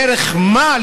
דרך מה?